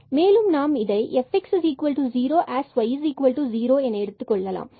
மேலும் நாம் இதை fx0 as y0 என எடுத்துக்கொள்ளலாம்